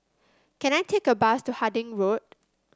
can I take a bus to Harding Road